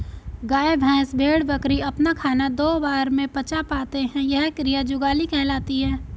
गाय, भैंस, भेड़, बकरी अपना खाना दो बार में पचा पाते हैं यह क्रिया जुगाली कहलाती है